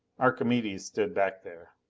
archimedes stood back there.